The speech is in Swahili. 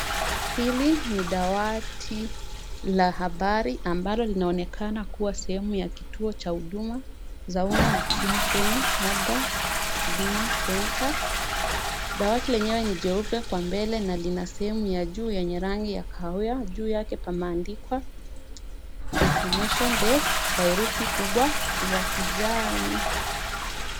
Hili ni dawati la habari, ambalo linaonekana kua sehemu ya kituo cha huduma za umma nchini Kenya labda Huduma Center. Dawati lenyewe ni jeupe kwa mbele na lina sehemu ya juu yenye rangi ya kahawia. Juu yake pameandikwa information desk kwa herufi kubwa za kijani.